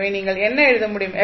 எனவே நீங்கள் என்ன எழுத முடியும்